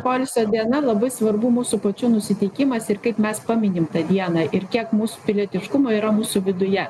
poilsio diena labai svarbu mūsų pačių nusiteikimas ir kaip mes paminim tą dieną ir kiek mūsų pilietiškumo yra mūsų viduje